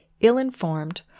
ill-informed